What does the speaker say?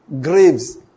Graves